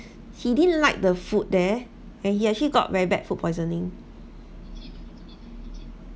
he didn't like the food there and he actually got very bad food poisoning